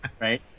Right